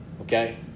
Okay